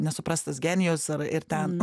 nesuprastas genijus ar ir ten